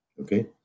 Okay